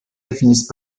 définissent